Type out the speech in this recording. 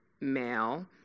male